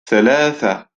ثلاثة